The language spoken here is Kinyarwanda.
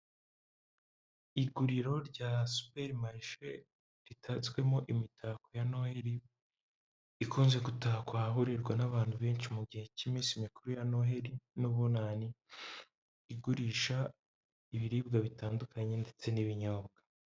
Iguriro rya superi marishe ritatswemo imitako ya Noheli ikunze gutakwa ahahurirwa n'abantu benshi mu gihe cy'iminsi mikuru ya Noheli n'ubunani igurisha ibiribwa bitandukanye ndetse n'ibinyobwa.